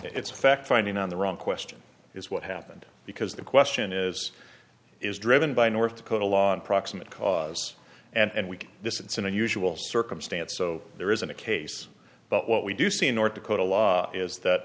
it's fact finding on the wrong question is what happened because the question is is driven by north dakota law and proximate cause and we get this it's an unusual circumstance so there isn't a case but what we do see in north dakota law is that